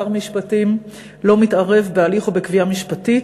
שר המשפטים לא מתערב בהליך או בקביעה משפטית,